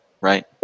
Right